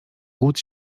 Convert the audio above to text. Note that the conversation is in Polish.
głód